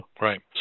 right